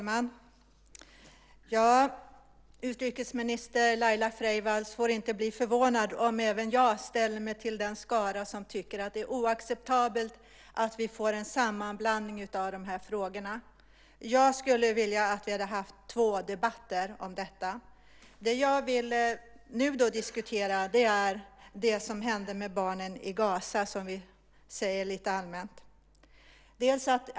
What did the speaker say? Herr talman! Utrikesminister Laila Freivalds får inte bli förvånad om även jag sällar mig till den skara som tycker att det är oacceptabelt att vi får en sammanblandning av de här frågorna. Jag skulle ha velat att vi hade två debatter om detta. Det jag nu vill diskutera är det som hände barnen i Gaza, som vi säger lite allmänt.